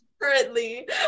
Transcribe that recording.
currently